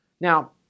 Now